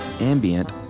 ambient